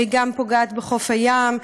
והיא גם פוגעת בחוף הים.